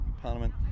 Parliament